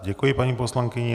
Děkuji paní poslankyni.